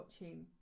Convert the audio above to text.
watching